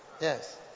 Yes